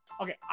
Okay